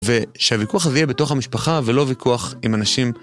ושהוויכוח הזה יהיה בתוך המשפחה, ולא ויכוח עם אנשים...